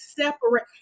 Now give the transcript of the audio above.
separate